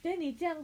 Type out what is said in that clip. then 你这样